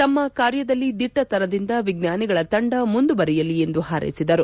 ತಮ್ಮ ಕಾರ್ಯದಲ್ಲಿ ದಿಟ್ಲತನದಿಂದ ವಿಜ್ಞಾನಿಗಳ ತಂಡ ಮುಂದುವರೆಯಲಿ ಎಂದು ಹಾರೆಸಿದರು